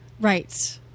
Right